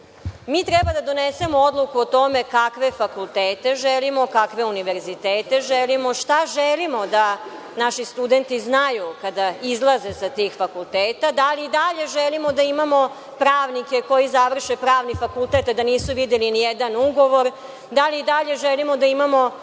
treba da donesemo odluku o tome kakve fakultete želimo, kakve univerzitete želimo, šta želimo da naši studenti znaju kada izlaze sa tih fakulteta. Da li i dalje želimo da imamo pravnike koji završe pravni fakultet, a da nisu videli ni jedan ugovor? Da li i dalje želimo da imamo